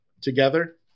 together